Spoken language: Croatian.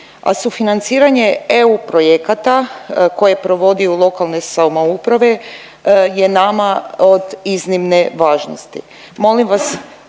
a sufinanciranje eu projekata koje provodiju lokalne samouprave je nama od iznimne važnosti.